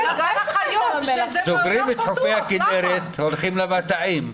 סוגרים את חופי הכינרת, הולכים למטעים.